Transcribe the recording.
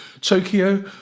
Tokyo